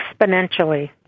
exponentially